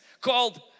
called